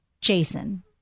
Jason